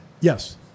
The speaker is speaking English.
Yes